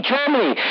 Germany